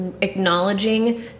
acknowledging